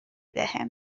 بهم